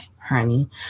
honey